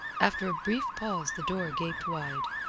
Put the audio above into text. after a brief pause the door gaped wide.